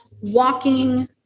walking